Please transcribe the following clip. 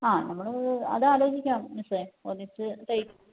ആ നമ്മൾ അത് അതാലോചിക്കാം മിസ്സെ ഒരുമിച്ച്